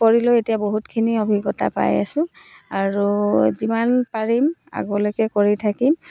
কৰি লৈ এতিয়া বহুতখিনি অভিজ্ঞতা পায় আছো আৰু যিমান পাৰিম আগলৈকে কৰি থাকিম